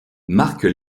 marque